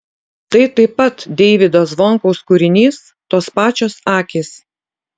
tai taip pat deivydo zvonkaus kūrinys tos pačios akys